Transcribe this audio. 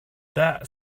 that